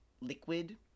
liquid